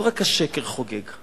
לא רק השקר חוגג.